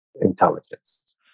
intelligence